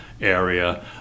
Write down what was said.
area